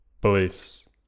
beliefs